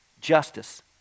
Justice